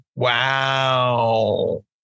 Wow